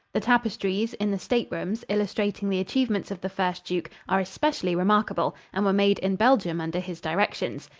the tapestries, in the state rooms, illustrating the achievements of the first duke, are especially remarkable and were made in belgium under his directions.